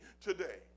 today